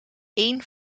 één